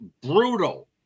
brutal